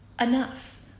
enough